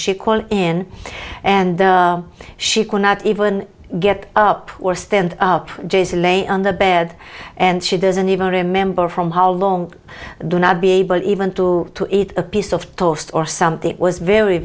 she called in and she cannot even get up or stand up jason lay on the bed and she doesn't even remember from how long do not be able even to to eat a piece of toast or something was very